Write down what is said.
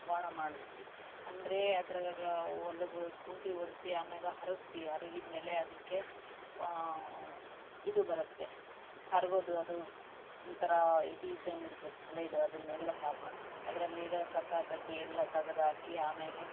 ವಾಣ ಮಾಡತ್ತಿ ಅಂದರೆ ಅದ್ರಾಗ ಹೊಲ್ಗಳು ಕುಂಟೆ ಹೊಡ್ಸಿ ಆಮೇಲೆ ಹರಗ್ತೀವಿ ಹರಗಿದ ಮೇಲೆ ಅದಕ್ಕೆ ಇದು ಬರುತ್ತೆ ಹರಗೋದು ಅದು ಅಂತ್ರ ಇದು ಇದ್ದಂಗೆ ಇರ್ತದೆ ಬ್ಲೇಡು ಅದನ್ನೆಲ್ಲ ಸಾಪ್ ಮಾ ಅದ್ರಲ್ಲಿರೋ ಕಸ ಕಡ್ಡಿ ಎಲ್ಲ ತೆಗ್ದಾಕಿ ಆಮೇಲೆ